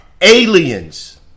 aliens